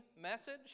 message